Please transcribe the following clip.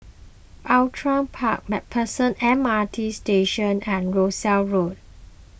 Outram Park MacPherson M R T Station and Rosyth Road